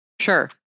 Sure